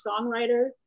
songwriter